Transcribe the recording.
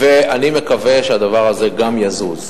ואני מקווה שהדבר הזה גם יזוז.